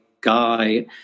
guy